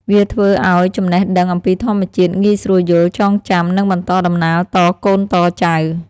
វាធ្វើឲ្យចំណេះដឹងអំពីធម្មជាតិងាយស្រួលយល់ ចងចាំ និងបន្តដំណាលតកូនតចៅ។